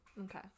Okay